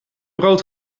brood